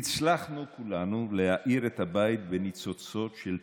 הצלחנו כולנו להאיר את הבית בניצוצות של תקווה,